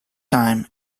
time